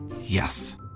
Yes